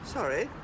Sorry